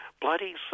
Bloody